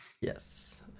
yes